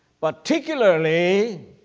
particularly